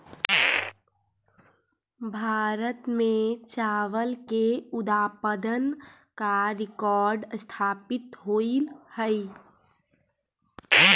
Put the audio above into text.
भारत में चावल के उत्पादन का रिकॉर्ड स्थापित होइल हई